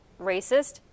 racist